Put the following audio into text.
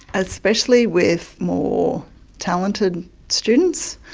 especially with more talented students,